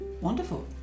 Wonderful